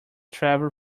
travel